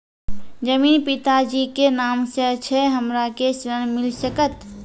जमीन पिता जी के नाम से छै हमरा के ऋण मिल सकत?